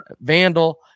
Vandal